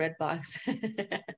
Redbox